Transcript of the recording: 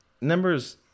numbers